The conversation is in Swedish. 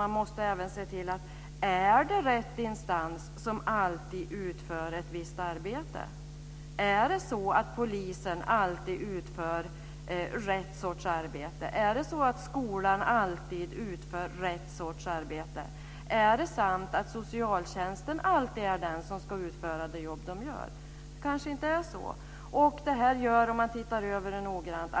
Man måste även fråga sig om det alltid är samma instans som ska utföra ett visst arbete. Utför polisen alltid rätt sorts arbete? Utför skolan alltid rätt sorts arbete? Är det sant att socialtjänsten alltid ska utföra det jobb som den gör? Det kanske inte är så. Om man tittar över det noggrant